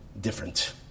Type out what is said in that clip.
different